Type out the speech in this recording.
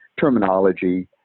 Terminology